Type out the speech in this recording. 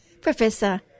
Professor